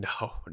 no